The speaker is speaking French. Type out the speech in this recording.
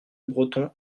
breton